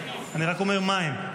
אני רק אומר מהם.